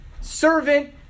servant